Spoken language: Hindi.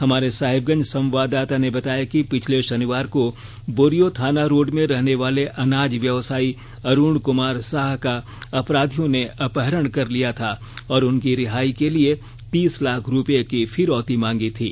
हमारे साहिबगंज संवाददाता ने बताया कि पिछले शनिवार को बोरियो थाना रोड में रहनेवाले अनाज व्यवसायी अरुण कुमार साह का अपराधियों ने अपहरण कर लिया था और उनकी रिहाई के लिए तीस लाख रूपये की फिरौती मांगी थी